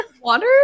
Water